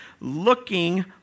looking